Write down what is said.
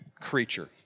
creature